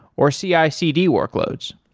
or cicd workloads